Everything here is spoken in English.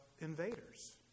invaders